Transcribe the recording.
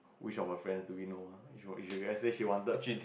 which of her friends do we know ah if let's say she wanted